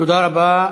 תודה רבה.